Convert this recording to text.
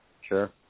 sure